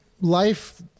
life